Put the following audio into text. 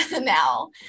now